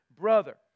brother